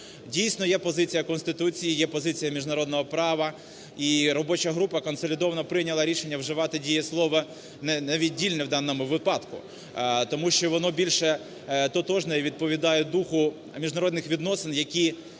Дійсно, є позиція Конституції, є позиція міжнародного права, і робоча група консолідовано прийняла рішення вживати дієслово "невіддільно" у даному випадку, тому що воно більше тотожне і відповідає духу міжнародних відносин, які,